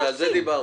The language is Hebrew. על זה דיברנו.